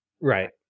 Right